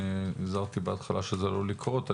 אמרתי בתחילה שזה עלול לקרות.